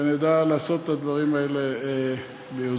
ונדע לעשות את הדברים האלה ביוזמתנו.